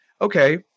okay